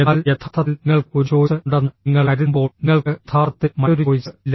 എന്നാൽ യഥാർത്ഥത്തിൽ നിങ്ങൾക്ക് ഒരു ചോയ്സ് ഉണ്ടെന്ന് നിങ്ങൾ കരുതുമ്പോൾ നിങ്ങൾക്ക് യഥാർത്ഥത്തിൽ മറ്റൊരു ചോയ്സ് ഇല്ല